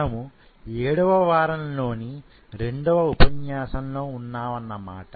మనము 7వ వారం లోని రెండవ ఉపన్యాసంలో ఉన్నావన్న మాట